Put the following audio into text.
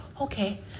okay